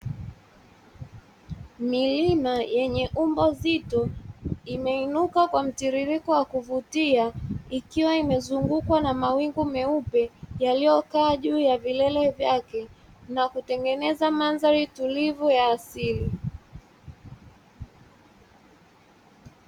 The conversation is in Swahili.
Milina yenye umbo zito imeinuka kwa mtiririko wa kuvutia ikiwa imezunguukwa na maaingu meupe yaliyokaa juu ya vilele vyake na kutengeneza mandhari tulivu ya asili.